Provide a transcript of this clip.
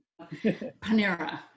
Panera